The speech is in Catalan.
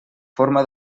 forma